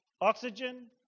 oxygen